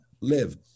live